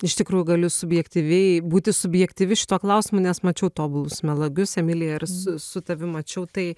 iš tikrųjų galiu subjektyviai būti subjektyvi šituo klausimu nes mačiau tobulus melagius emilija ir su su tavim mačiau tai